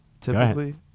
typically